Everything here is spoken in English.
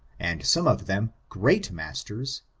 and some of them great masters,